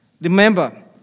Remember